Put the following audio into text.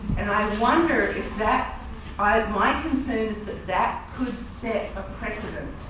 and i wonder if that ah my concern is that that could set a precedent,